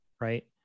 Right